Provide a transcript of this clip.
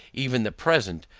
even the present,